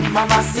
Mama